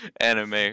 Anime